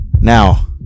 Now